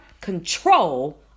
control